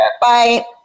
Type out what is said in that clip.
Bye